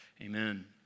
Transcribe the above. amen